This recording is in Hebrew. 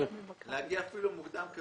הקדמת המועד להשלמת חובת הנגישות במלואה חייב